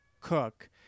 cook